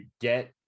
get